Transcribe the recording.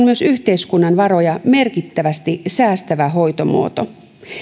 myös yhteiskunnan varoja merkittävästi säästävä hoitomuoto